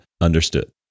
understood